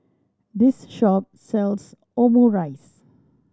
this shop sells Omurice